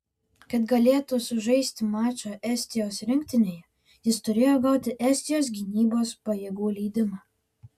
kad galėtų sužaisti mačą estijos rinktinėje jis turėjo gauti estijos gynybos pajėgų leidimą